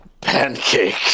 Pancake